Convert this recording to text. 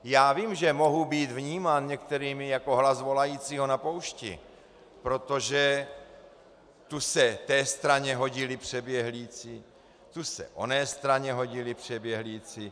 Já vím, že mohu být vnímán některými jako hlas volajícího na poušti, protože tu se té straně hodili přeběhlíci, tu se oné straně hodili přeběhlíci.